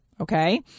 Okay